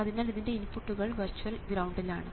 അതിനാൽ ഇതിൻറെ ഇൻപുട്ടുകൾ വെർച്വൽ ഗ്രൌണ്ടിലാണ്